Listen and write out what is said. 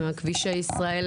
כבישי ישראל